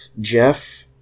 Jeff